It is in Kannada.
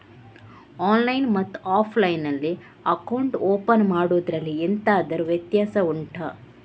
ಆನ್ಲೈನ್ ಮತ್ತು ಆಫ್ಲೈನ್ ನಲ್ಲಿ ಅಕೌಂಟ್ ಓಪನ್ ಮಾಡುವುದರಲ್ಲಿ ಎಂತಾದರು ವ್ಯತ್ಯಾಸ ಉಂಟಾ